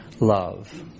love